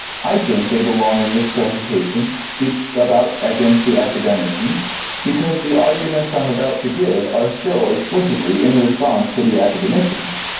i think they belong in this presentation about against the academicians because the arguments i'm about to give are still explicitly in response to the academicians,